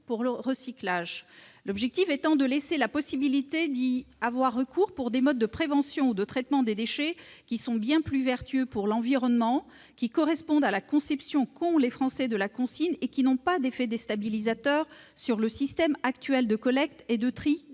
pour recyclage. L'objectif est de laisser la possibilité d'y avoir recours pour des modes de prévention ou de traitement des déchets qui sont bien plus vertueux pour l'environnement, qui correspondent à la conception qu'ont les Français de la consigne et qui n'ont pas d'effets déstabilisateurs sur le système actuel de collecte et de tri